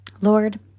Lord